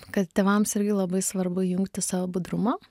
kad tėvams irgi labai svarbu įjungti savo budrumą